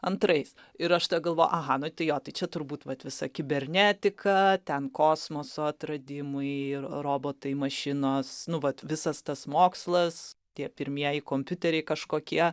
antrais ir aš galvojau aha nu jo tai čia turbūt vat visa kibernetika ten kosmoso atradimai ir robotai mašinos nuolat visas tas mokslas tie pirmieji kompiuteriai kažkokie